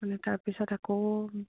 মানে তাৰপিছত আকৌ